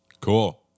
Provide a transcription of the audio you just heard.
Cool